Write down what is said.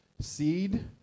Seed